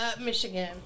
Michigan